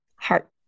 heart